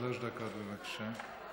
שלוש דקות, בבקשה.